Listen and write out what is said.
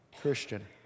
Christian